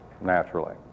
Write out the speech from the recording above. naturally